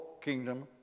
kingdom